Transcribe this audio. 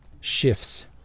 shifts